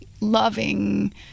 loving